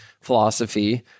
philosophy